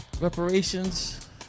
reparations